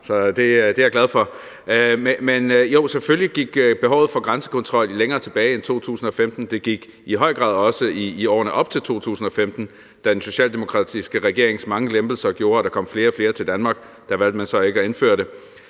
så det er jeg glad for. Men jo, selvfølgelig går behovet for grænsekontrol længere tilbage end 2015. Det går i høj grad også tilbage til årene op til 2015, da den socialdemokratiske regerings mange lempelser gjorde, at der kom flere og flere til Danmark. Der valgte man så ikke at indføre det.